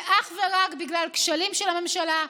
זה אך ורק בגלל כשלים של הממשלה,